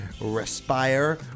Respire